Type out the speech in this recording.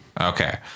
okay